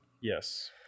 yes